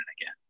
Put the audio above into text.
again